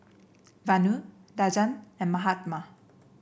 Vanu Rajan and Mahatma